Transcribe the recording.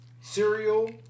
Cereal